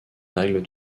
règles